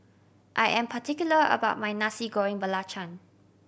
I am particular about my Nasi Goreng Belacan